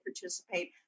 participate